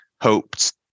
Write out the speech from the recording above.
hoped